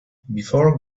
before